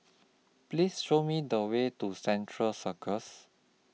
Please Show Me The Way to Central Circus